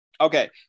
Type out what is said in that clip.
Okay